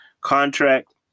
contract